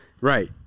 Right